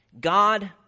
God